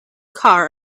car